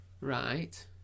Right